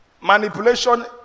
manipulation